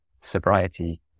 sobriety